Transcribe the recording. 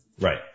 Right